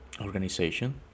organization